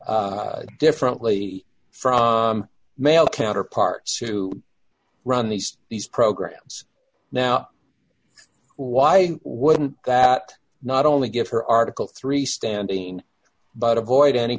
differently from male counterparts who run these these programs now why wouldn't that not only give her article three standing but avoid any